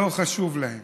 לא חשוב להם.